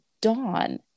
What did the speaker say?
Dawn